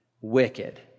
wicked